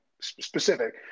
specific